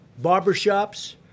barbershops